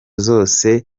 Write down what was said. zose